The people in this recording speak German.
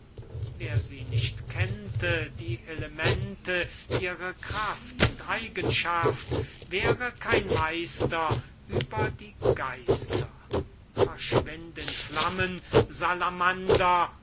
wer sie nicht kennte die elemente ihre kraft und eigenschaft wäre kein meister ueber die geister verschwind in flammen